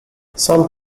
some